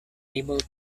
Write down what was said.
able